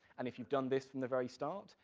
and if you've done this from the very start,